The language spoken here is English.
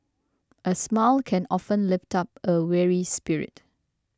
a smile can often lift up a weary spirit